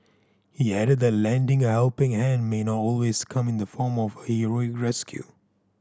he added that lending a helping hand may not always come in the form of heroic rescue